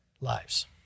lives